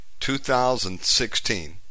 2016